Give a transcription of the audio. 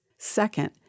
Second